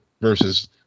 versus